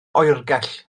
oergell